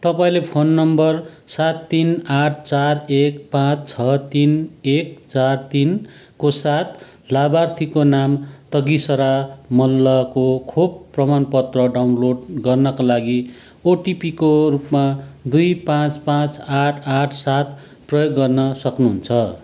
तपाईँले phone number सात तिन आठ चार एक पाँच छ तिन एक चार तिन को साथ लाभार्थीको नाम तगिसरा मल्लको खोप प्रमाणपत्र डाउनलोड गर्नाका लागि ओटिपीको रूपमा दुई पाँच पाँच आठ आठ सात प्रयोग गर्न सक्नुहुन्छ